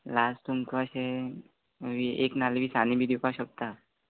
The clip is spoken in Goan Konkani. लास तुमकां अशे वी एक नाल्ल विसांनी बी दिवपा शकता